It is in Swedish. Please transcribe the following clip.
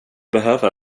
behöva